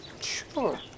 Sure